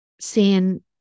seeing